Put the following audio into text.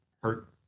hurt